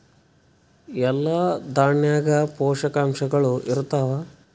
ಎಲ್ಲಾ ದಾಣ್ಯಾಗ ಪೋಷಕಾಂಶಗಳು ಇರತ್ತಾವ?